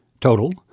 total